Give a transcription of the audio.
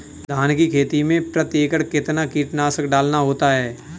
धान की खेती में प्रति एकड़ कितना कीटनाशक डालना होता है?